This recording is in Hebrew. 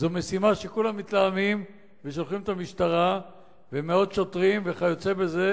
זו משימה שכולם מתלהמים ושולחים את המשטרה ומאות שוטרים וכיוצא בזה,